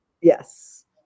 Yes